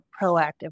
proactive